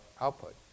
output